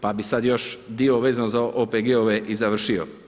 Pa bi sad još dio vezano za OPG-ove i završio.